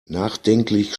nachdenklich